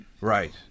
Right